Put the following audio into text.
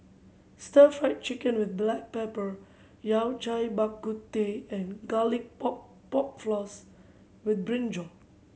Stir Fried Chicken with black pepper Yao Cai Bak Kut Teh and Garlic Pork Pork Floss with brinjal